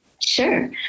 Sure